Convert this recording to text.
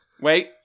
Wait